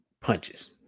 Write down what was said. punches